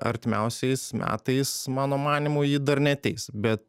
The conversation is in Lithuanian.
artimiausiais metais mano manymu ji dar neateis bet